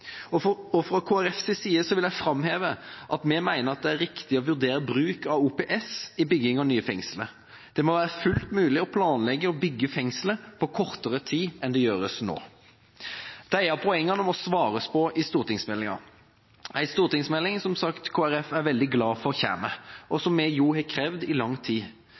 Fra Kristelig Folkepartis side vil jeg framheve at vi mener det er riktig å vurdere bruk av OPS i bygging av nye fengsler. Det må være fullt mulig å planlegge og bygge fengsler på kortere tid enn det gjøres nå. Disse poengene må svares på i stortingsmeldinga – en stortingsmelding som Kristelig Folkeparti, som sagt, er veldig glad for at kommer, og som vi har krevd i lang tid.